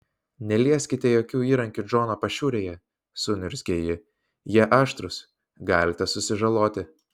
nelieskite jokių įrankių džono pašiūrėje suniurzgė ji jie aštrūs galite susižaloti